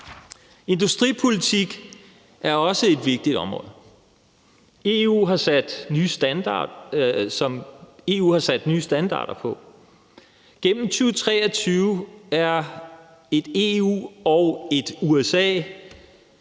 Industripolitik er også et vigtigt område, som EU har sat nye standarder på. Gennem 2023 er et EU og et USA